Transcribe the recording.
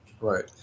right